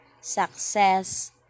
success